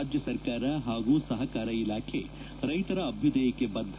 ರಾಜ್ಯ ಸರ್ಕಾರ ಹಾಗೂ ಸಹಕಾರ ಇಲಾಖೆ ರೈತರ ಅಭ್ಯುದಯಕ್ಕೆ ಬದ್ದ